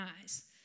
eyes